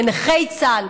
לנכי צה"ל,